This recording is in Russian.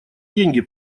деньги